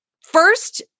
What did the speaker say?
first